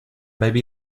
baby